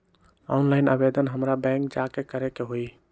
Online आवेदन हमरा bank जाके करे के होई?